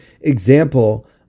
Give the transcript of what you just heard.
example